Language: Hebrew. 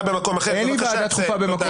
שלך.